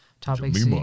topics